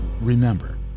remember